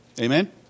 Amen